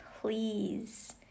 please